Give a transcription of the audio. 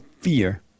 fear